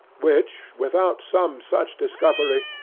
which, without some such discovery,